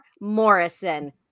Morrison